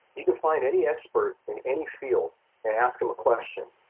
you can find any expert in any field and ask them a question.